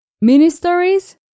Mini-stories